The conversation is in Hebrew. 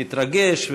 מתרגש,